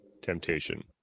temptation